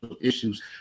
issues